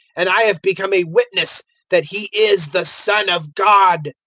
and i have become a witness that he is the son of god.